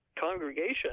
congregation